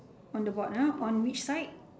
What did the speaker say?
on the board ah on which side